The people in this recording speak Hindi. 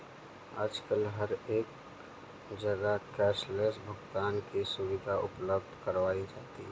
आजकल हर एक जगह कैश लैस भुगतान की सुविधा उपलब्ध कराई जाती है